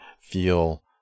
feel